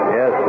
Yes